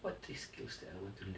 what three skills that I want to learn